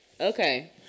Okay